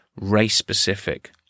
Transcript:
race-specific